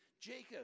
Jacob